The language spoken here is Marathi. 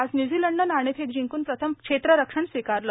आज व्यूझीलंडनं नाणेफेक जिंकून प्रथम क्षेत्ररक्षण स्वीकारलं